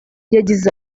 yagize